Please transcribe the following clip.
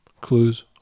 clues